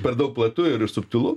per daug platu ir subtilu